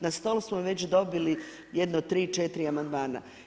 Na stol smo već dobili jedno 3, 4 amandmana.